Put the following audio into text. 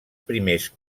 primers